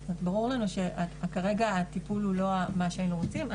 ברור לנו שכרגע הטיפול הוא לא מה שהיינו רוצים,